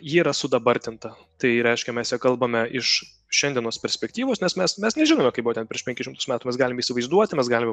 ji yra sudabartinta tai reiškia mes ją kalbame iš šiandienos perspektyvos nes mes mes nežinome kaip buvo ten prieš penkis šimtus metų mes galime įsivaizduoti mes galime